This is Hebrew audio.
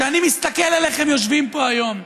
כשאני מסתכל עליכם יושבים פה היום,